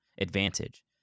advantage